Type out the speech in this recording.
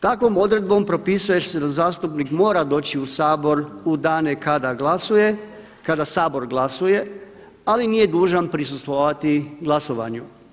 Takvom odredbom propisuje se da zastupnik mora doći u Sabor u dane kada glasuje, kada Sabor glasuje ali nije dužan prisustvovati glasovanju.